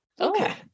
Okay